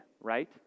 right